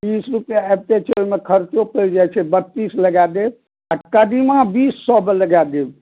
बीस रुपआ आबिते छै ओहिमे खर्चो पड़ि जाइ छै बत्तीस लगा देब कदीमा बीस सएमे लगा देब